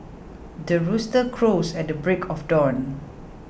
the rooster crows at the break of dawn